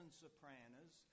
sopranos